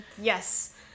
Yes